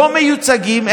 לא מיוצגים,